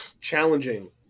challenging